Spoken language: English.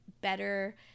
better